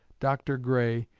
dr. gray,